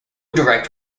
direct